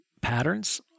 patterns